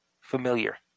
familiar